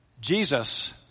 Jesus